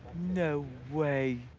no way!